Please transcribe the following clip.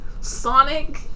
Sonic